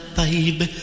baby